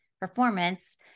performance